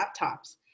laptops